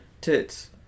tits